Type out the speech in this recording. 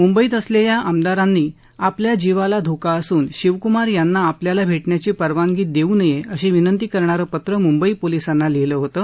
मुंबईत असलेल्या या आमदारांनी आपल्या जीवाला धोका असून शिवकुमार यांना आपल्याला भेटण्याची परवानगी देऊ नये अशी विनंती करणारं पत्र मुंबई पोलिसांना लिहिलं होतं